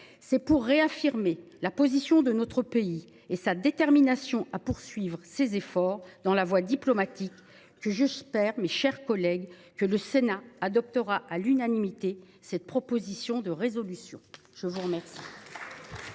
C’est pour réaffirmer la position de notre pays et sa détermination à poursuivre ses efforts diplomatiques que j’espère, mes chers collègues, que le Sénat adoptera à l’unanimité cette proposition de résolution. La parole